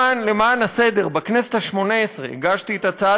למען הסדר: בכנסת השמונה-עשרה הגשתי את הצעת